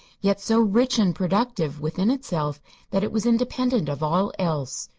yet so rich and productive within itself that it was independent of all else.